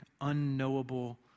unknowable